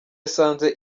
asanze